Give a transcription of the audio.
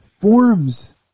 forms